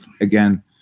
again